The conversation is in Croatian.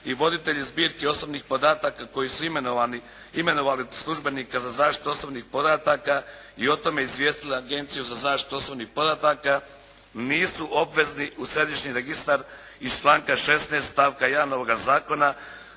i voditelji zbirki osobnih podataka koji su imenovali službenika za zaštitu osobnih podataka i o tome izvijestila Agenciju za zaštitu osobnih podataka nisu obvezni u središnji registar iz članka 16. stavka 1. ovoga zakona